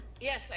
Yes